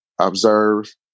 observe